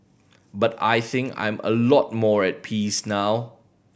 but I think I'm a lot more at peace now